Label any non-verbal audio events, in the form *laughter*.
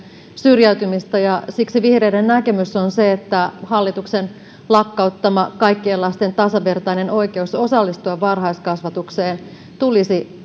syrjäytymistä ja siksi vihreiden näkemys on se että hallituksen lakkauttama kaikkien lasten tasavertainen oikeus osallistua varhaiskasvatukseen tulisi *unintelligible*